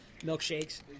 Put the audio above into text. milkshakes